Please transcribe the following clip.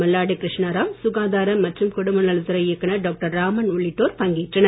மல்லாடி கிருஷ்ணராவ் சுகாதார மற்றும் குடும்ப நலத் துறை இயக்குநர் டாக்டர் ராமன் உள்ளிட்டோர் பங்கேற்றனர்